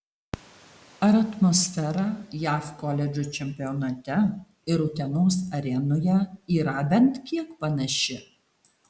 ar atmosfera jav koledžų čempionate ir utenos arenoje yra bent kiek panaši